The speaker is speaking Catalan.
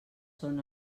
són